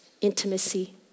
intimacy